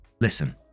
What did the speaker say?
Listen